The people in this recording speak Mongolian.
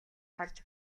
харж